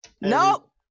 Nope